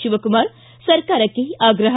ಶಿವಕುಮಾರ್ ಸರ್ಕಾರಕ್ಕೆ ಆಗ್ರಹ